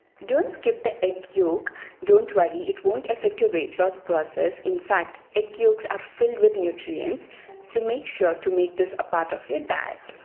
don't skip the egg yolk don't worry it won't affect your weight loss process in fact egg yolks are filled with nutrients so make sure to make this a part of your diet.